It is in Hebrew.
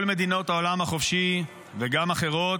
כל מדינות העולם החופשי וגם אחרות.